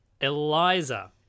Eliza